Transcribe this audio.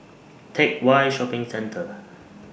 Teck Whye Shopping Centre